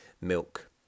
milk